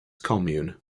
commune